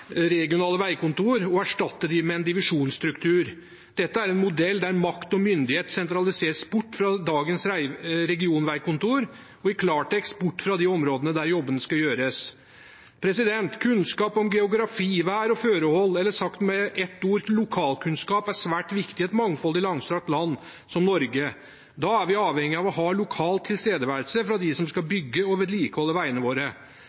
regionale veikontor og erstatte dem med en divisjonsstruktur. Dette er en modell der makt og myndighet sentraliseres bort fra dagens regionveikontor – og i klartekst bort fra de områdene der jobbene skal gjøres. Kunnskap om geografi, vær- og føreforhold – sagt med ett ord: lokalkunnskap – er svært viktig i et mangfoldig og langstrakt land som Norge. Da er vi avhengige av å ha lokal tilstedeværelse fra dem som skal bygge og vedlikeholde veiene våre.